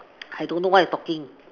I don't know what you talking